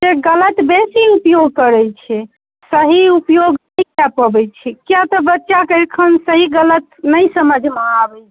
से गलत बेसी ऊपयोग करैत छै सही ऊपयोग नहि कए पबैत छै किआ तऽ बच्चाके एखन सही गलत नहि समझमे आबैत छै